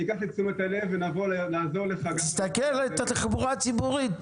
אני אקח לתשומת לב ונעזור לך גם --- תסתכל על התחבורה הציבורית,